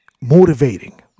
Motivating